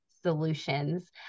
solutions